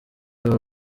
baba